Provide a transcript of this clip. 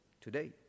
today